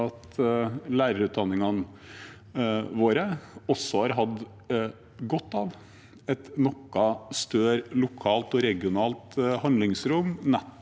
at lærerutdanningene våre også har hatt godt av et noe større lokalt og regionalt handlingsrom, nettopp